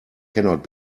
cannot